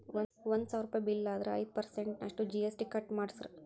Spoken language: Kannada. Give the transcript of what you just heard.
ಒಂದ್ ಸಾವ್ರುಪಯಿ ಬಿಲ್ಲ್ ಆದ್ರ ಐದ್ ಪರ್ಸನ್ಟ್ ನಷ್ಟು ಜಿ.ಎಸ್.ಟಿ ಕಟ್ ಮಾದ್ರ್ಸ್